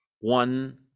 one